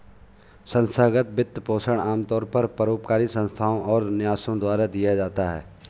संस्थागत वित्तपोषण आमतौर पर परोपकारी संस्थाओ और न्यासों द्वारा दिया जाता है